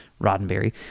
Roddenberry